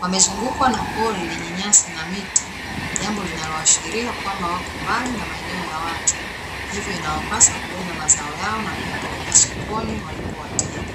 Wamezungukwa na pori lenye nyasi na miti, jambo linaloashiria kwamba wako mbali na maeneo ya watu, hivyo inawapasa kubeba mazao yao na kuyapeleka sokoni walipo wateja.